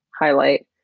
highlight